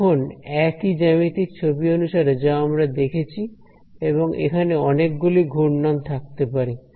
এখন একই জ্যামিতিক ছবি অনুসারে যা আমরা দেখেছি এবং এখানে অনেকগুলো ঘূর্ণন থাকতে পারে